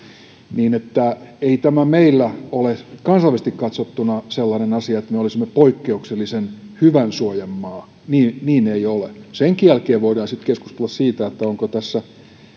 että ei tämä meillä ole kansainvälisesti katsottuna sellainen asia että me olisimme poikkeuksellisen hyvän suojan maa niin niin ei ole senkin jälkeen voidaan sitten keskustella siitä onko tässä